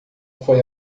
foi